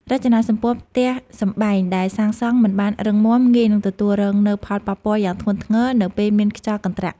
រចនាសម្ព័ន្ធផ្ទះសម្បែងដែលសាងសង់មិនបានរឹងមាំងាយនឹងទទួលរងនូវផលប៉ះពាល់យ៉ាងធ្ងន់ធ្ងរនៅពេលមានខ្យល់កន្ត្រាក់។